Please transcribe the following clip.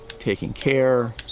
taking care,